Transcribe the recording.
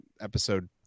episode